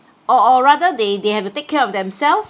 or or rather they they have to take care of them self